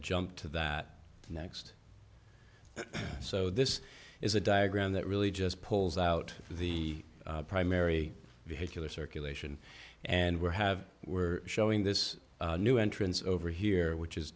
jump to that next so this is a diagram that really just pulls out the primary vehicular circulation and we're have we're showing this new entrance over here which is